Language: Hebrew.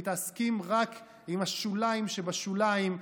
מתעסקים רק עם השוליים שבשוליים,